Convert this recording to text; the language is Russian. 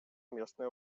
местные